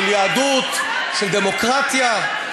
של יהדות, של דמוקרטיה.